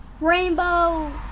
Rainbow